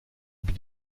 but